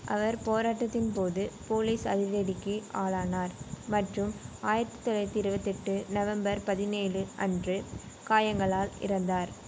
அவர் போராட்டத்தின் போது போலீஸ் அடிதடிக்கு ஆளானார் மற்றும் ஆயிரத்தி தொள்ளாயிரத்தி இருபத்தெட்டு நவம்பர் பதினேழு அன்று காயங்களால் இறந்தார்